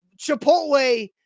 Chipotle